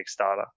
kickstarter